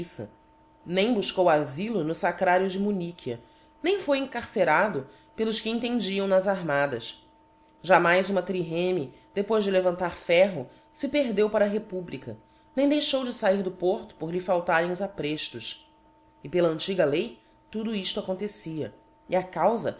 injuftiça nem bufcou afylo no lacrario de munychia nem foi encarcerado pelos que entendiam nas armadas jamais uma triréme depois de levantar ferro fe perdeu para a republica nem deixou de fair do porto por lhe faltarem os apreilos e pela antiga lei tudo ifto acontecia e a caufa